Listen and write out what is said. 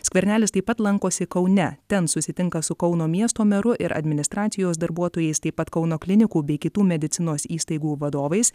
skvernelis taip pat lankosi kaune ten susitinka su kauno miesto meru ir administracijos darbuotojais taip pat kauno klinikų bei kitų medicinos įstaigų vadovais